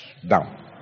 down